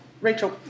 Rachel